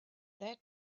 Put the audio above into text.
that